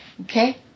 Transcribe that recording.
Okay